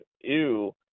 ew